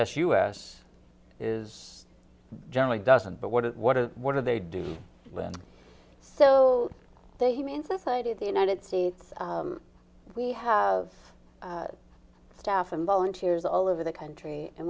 s u s is generally doesn't but what it what it what do they do so they human society of the united states we have staff and volunteers all over the country and